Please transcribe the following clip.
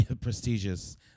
prestigious